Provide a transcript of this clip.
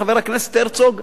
חבר הכנסת הרצוג,